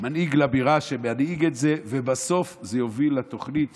מנהיג לבירה שמנהיג את זה, ובסוף זה יוביל לתוכנית